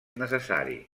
necessari